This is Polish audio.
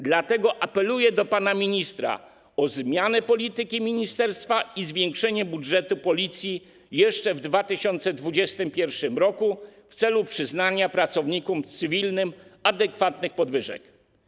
Dlatego apeluję do pana ministra o zmianę polityki ministerstwa i zwiększenie budżetu Policji jeszcze w 2021 r. w celu przyznania pracownikom cywilnym adekwatnych podwyżek.